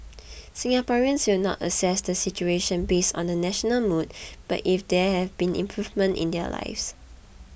Singaporeans will not assess the situation based on the national mood but if there have been improvements in their lives